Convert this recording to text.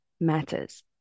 matters